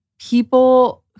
people